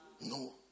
No